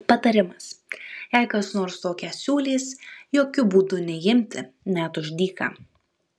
patarimas jei kas nors tokią siūlys jokiu būdu neimti net už dyką